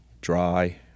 dry